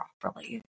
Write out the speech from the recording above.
properly